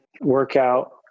workout